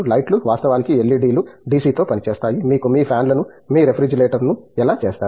లైట్లు వాస్తవానికి LED లు DC తో పనిచేస్తాయి మీరు మీ ఫాన్ లను మీ రిఫ్రిజిరేటర్ ను ఎలా చేస్తారు